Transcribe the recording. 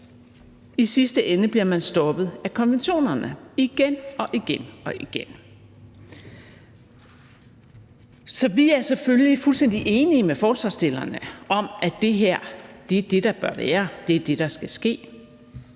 i sidste ende bliver man stoppet af konventionerne – igen og igen. Så vi er selvfølgelig fuldstændig enige med forslagsstillerne om, at det her er det, der bør være, og det, der skal ske.